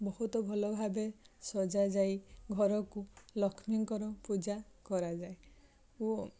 ବହୁତ ଭଲ ଭାବେ ସଜାଯାଇ ଘରକୁ ଲକ୍ଷ୍ମୀଙ୍କର ପୂଜା କରାଯାଏ ଓ